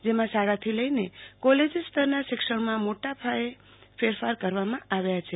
જેમાં શાળાથી લઈને કોલેજ સ્તરના શિક્ષણમાં મોટાપાયે ફેરફાર કરવામાં આવ્યા છે